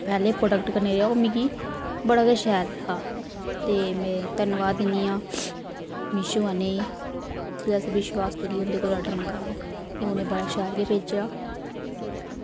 पैह्ले प्रोडक्ट कन्नै रेहा ओह् मिगी बड़ा गै शैल हा ते मै धन्नबाद दिन्नी आं मैशो आह्लें गी कि असें विश्वास करियै उंदे कोला आर्डर मंगवाया ते उनें बड़ा शैल गै भेजेआ